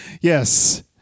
yes